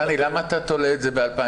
תני, למה אתה תולה את זה ב-2019?